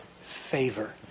favor